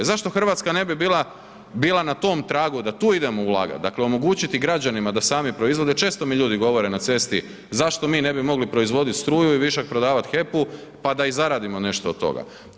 Zašto RH ne bi bila, bila na tom tragu da tu idemo ulagat, dakle, omogućiti građanima da sami proizvode, često mi ljudi govore na cesti zašto mi ne bi mogli proizvodit struju i višak prodavat HEP-u, pa da i zaradimo nešto od toga.